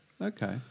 Okay